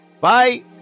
Bye